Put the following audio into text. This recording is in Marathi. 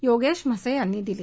योगेश म्हसे यांनी दिली